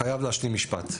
אני חייב להשלים משפט,